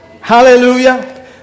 Hallelujah